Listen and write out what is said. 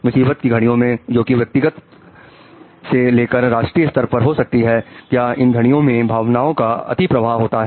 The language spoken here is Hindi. मुसीबत की घड़ियों में जोकि व्यक्तिगत से लेकर राष्ट्रीय स्तर पर हो सकती है क्या इन घड़ियों में भावनाओं का अति प्रभाव होता है